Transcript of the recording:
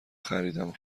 خریدم